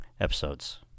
episodes